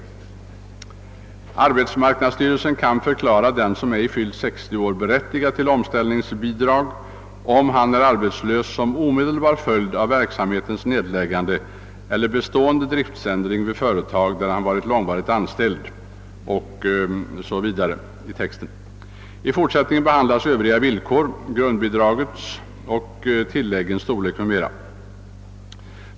Arbetsmarknadsstyrelsen kan förklara den som ej fyllt 60 år berättigad till omställningsbidrag, om han är arbetslös som omedelbar följd av verksamhetens nedläggande eller bestående driftsändring vid företag där han varit långvarigt anställd.» I fortsättningen behandlas övriga villkor, grundbidragets och tilläggens storlek m.m.